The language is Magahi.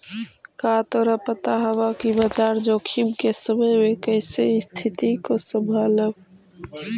का तोरा पता हवअ कि बाजार जोखिम के समय में कइसे स्तिथि को संभालव